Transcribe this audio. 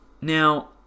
Now